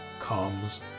comes